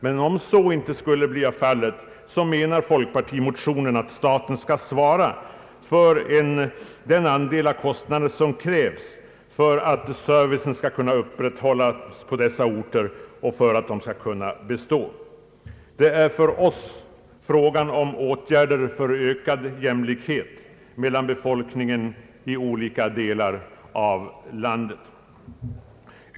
Men om så icke skulle bli fallet, anser folkpartiet i motionerna, att staten skall svara för den andel av kostnaden som krävs för att servicen skall kunna upprätthållas och för att dessa orter skall kunna bestå. Det är för oss en fråga om åtgärder för ökad jämlikhet mellan befolkningen i olika delar av landet.